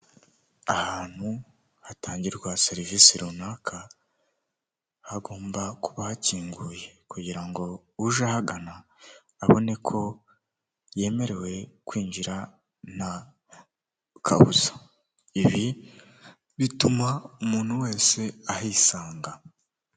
Ahantu hatangirwa serivisi runaka hagomba kuba hakinguye kugira ngo uje ahagana, abone ko yemerewe kwinjira nta kabuza ibi bituma umuntu wese ahisanga.